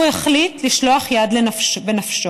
הוא החליט לשלוח יד בנפשו.